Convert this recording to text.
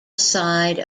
side